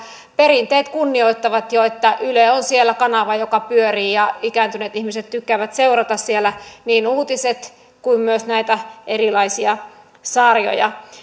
perinteet kunnioittavat jo että yle on siellä kanava joka pyörii ja ikääntyneet ihmiset tykkäävät seurata siellä niin uutisia kuin myös näitä erilaisia sarjoja